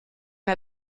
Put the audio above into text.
der